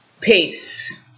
Peace